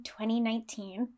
2019